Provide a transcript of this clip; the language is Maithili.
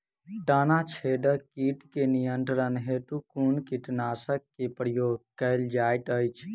तना छेदक कीट केँ नियंत्रण हेतु कुन कीटनासक केँ प्रयोग कैल जाइत अछि?